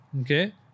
Okay